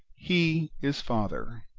he is father,